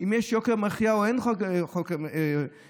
אם יש יוקר מחיה או אין יוקר מחיה.